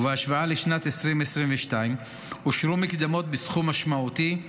ובהשוואה לשנת 2022, אושרו מקדמות בסכום משמעותי,